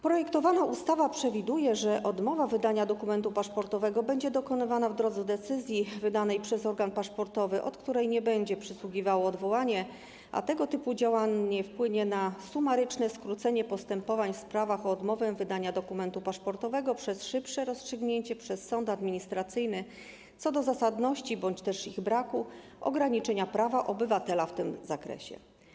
Projektowana ustawa przewiduje, że odmowa wydania dokumentu paszportowego będzie dokonywana w drodze decyzji wydanej przez organ paszportowy, od której nie będzie przysługiwało odwołanie, a tego typu działanie wpłynie na sumaryczne skrócenie postępowań w sprawach o odmowę wydania dokumentu paszportowego przez szybsze rozstrzygnięcie przez sąd administracyjny co do zasadności, bądź też ich braku, ograniczenia prawa obywatela w tym zakresie.